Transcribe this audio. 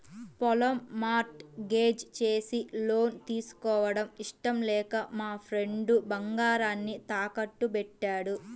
పొలం mortgage చేసి loan తీసుకోవడం ఇష్టం లేక మా ఫ్రెండు బంగారాన్ని తాకట్టుబెట్టాడు